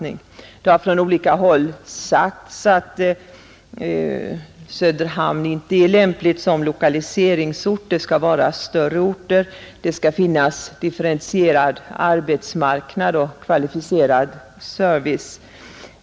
Det har från olika håll sagts att Söderhamn inte är lämplig som lokaliseringsort; det skall vara större orter med differentierad arbetsmarknad och kvalificerad service.